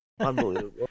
Unbelievable